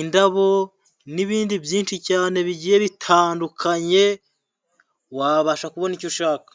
indabo n'ibindi byinshi cyane bigiye bitandukanye, wabasha kubona icyo ushaka.